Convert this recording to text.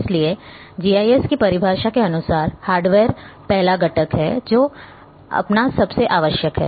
इसलिए GIS की परिभाषा के अनुसार हार्डवेयर पहला घटक है जो अपनासबसे आवश्यक है